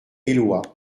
éloie